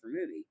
movie